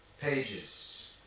pages